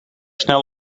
snel